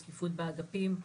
בזקיפות באגפים,